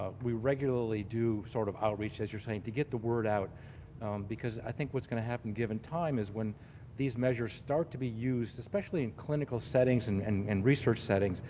we regularly do sort of outreach as you're saying to get the word out because i think what's going to happen given time is when these measures start to be used, especially in clinical settings and and and research settings,